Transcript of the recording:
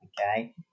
okay